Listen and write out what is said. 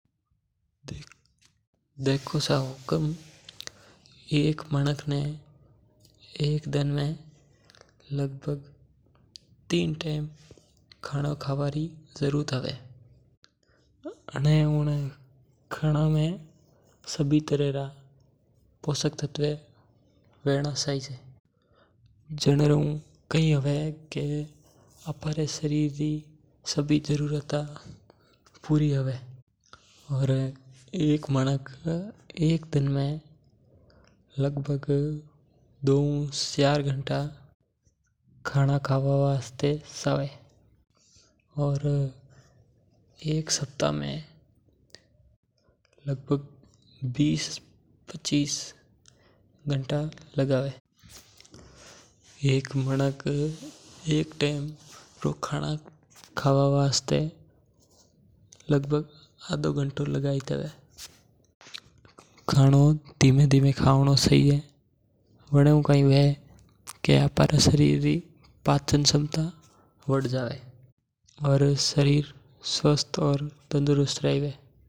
देखो सा हुकम एक मानक ने एक दिन में लगभग तीन टेम खाणो खाबा री जरूरत हवे। जिके में सभी तरह रा पोषक तत्व हुवना चाहिजे जाण रेऊ काइ हवे कि आपारे शरीर री क्षमता वड़े। एक दिन में मानक दो हु चार घंटा खाणो खावा में लेवे और बीस हु पच्चीस घंटा खाणो खावा में लागे।